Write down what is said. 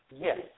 Yes